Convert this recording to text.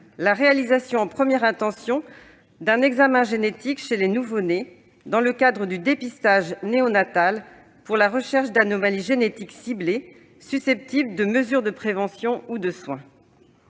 la réalisation en première intention d'un examen génétique chez les nouveau-nés dans le cadre du dépistage néonatal pour la recherche d'anomalies génétiques ciblées susceptibles de mesure de prévention ou de soins.